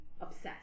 obsessed